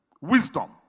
Wisdom